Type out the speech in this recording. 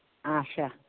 آچھا